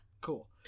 Cool